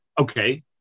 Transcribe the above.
Okay